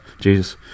Jesus